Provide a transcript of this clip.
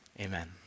Amen